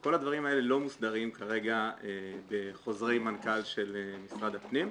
וכל הדברים האלה לא מוסדרים כרגע בחוזרי מנכ"ל של משרד הפנים.